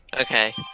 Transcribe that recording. Okay